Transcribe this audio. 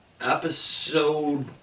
episode